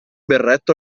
berretto